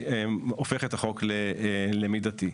שהופך את החוק למידתי.